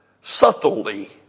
Subtly